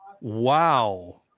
Wow